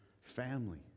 family